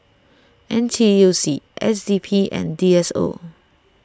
N T U C S D P and D S O